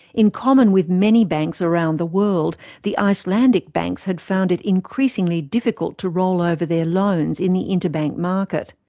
in common with many banks around the world, the icelandic banks had found it increasingly difficult to roll over their loans in the interbank market.